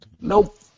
Nope